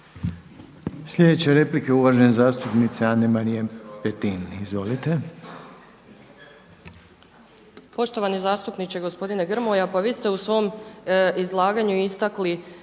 Sljedeća je replika uvažene zastupnice Ane-Marije Petin. Izvolite.